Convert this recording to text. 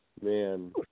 man